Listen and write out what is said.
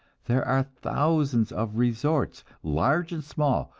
there are thousands of resorts, large and small,